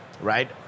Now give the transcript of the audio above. right